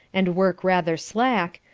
and work rather slack,